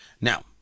Now